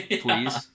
please